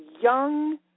young